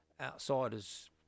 outsider's